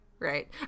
Right